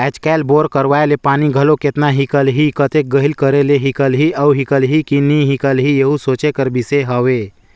आएज काएल बोर करवाए ले पानी घलो केतना हिकलही, कतेक गहिल करे ले हिकलही अउ हिकलही कि नी हिकलही एहू सोचे कर बिसे हवे